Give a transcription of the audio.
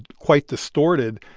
quite distorted.